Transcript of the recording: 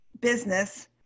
business